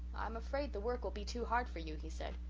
i am afraid the work will be too hard for you he said.